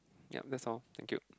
yup that's all thank you